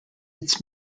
its